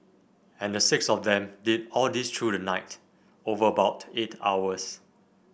and the six of them did all this through the night over about eight hours